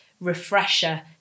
refresher